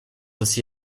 aussi